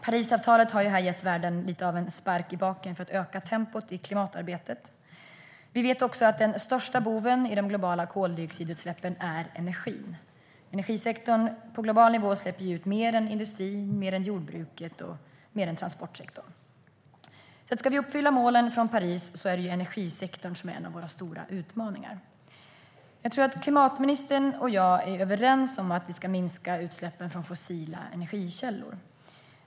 Parisavtalet har ju gett världen lite av en spark i baken för att öka tempot i klimatarbetet. Vi vet också att den största boven i de globala koldioxidutsläppen är energin. Energisektorn på global nivå släpper ut mer än industrin, mer än jordbruket och mer än transportsektorn. Ska vi uppfylla målen från Paris är det energisektorn som är en av våra stora utmaningar. Klimatministern och jag är nog överens om att vi ska minska utsläppen från fossila energikällor.